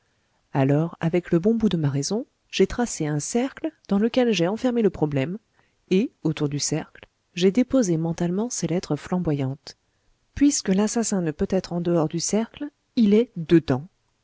alors avec le bon bout de ma raison j'ai tracé un cercle dans lequel j'ai enfermé le problème et autour du cercle j'ai déposé mentalement ces lettres flamboyantes puisque l'assassin ne peut être en dehors du cercle il est dedans